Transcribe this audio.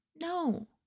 No